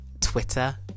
Twitter